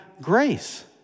grace